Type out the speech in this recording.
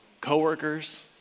co-workers